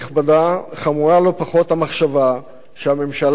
חמורה לא פחות המחשבה שהממשלה הרעה הזו